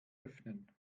öffnen